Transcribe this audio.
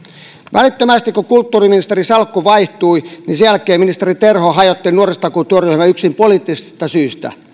välittömästi kun kulttuuriministerin salkku vaihtui ministeri terho hajotti nuorisotakuutyöryhmän yksin poliittista syistä